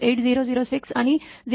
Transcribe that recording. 8006 आणि 0